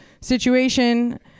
situation